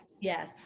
yes